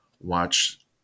watch